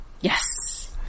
Yes